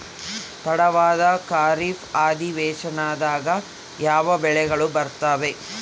ತಡವಾದ ಖಾರೇಫ್ ಅಧಿವೇಶನದಾಗ ಯಾವ ಬೆಳೆಗಳು ಬರ್ತಾವೆ?